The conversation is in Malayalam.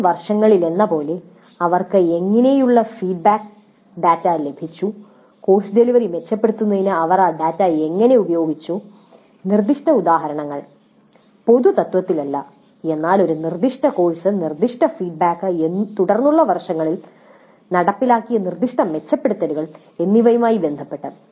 മുൻ വർഷങ്ങളിലെന്നപോലെ അവർക്ക് എങ്ങനെയുള്ള ഫീഡ്ബാക്ക് ഡാറ്റ ലഭിച്ചു കോഴ്സിന്റെ ഡെലിവറി മെച്ചപ്പെടുത്തുന്നതിന് അവർ ആ ഡാറ്റ എങ്ങനെ ഉപയോഗിച്ചു നിർദ്ദിഷ്ട ഉദാഹരണങ്ങൾപൊതു തത്ത്വത്തിൽ അല്ല എന്നാൽ ഒരു നിർദ്ദിഷ്ട കോഴ്സ് നിർദ്ദിഷ്ട ഫീഡ്ബാക്ക് തുടർന്നുള്ള വർഷങ്ങളിൽ നടപ്പിലാക്കിയ നിർദ്ദിഷ്ട മെച്ചപ്പെടുത്തലുകൾ എന്നിവയുമായി ബന്ധപ്പെട്ട്